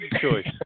choice